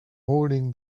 holding